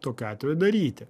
tokiu atveju daryti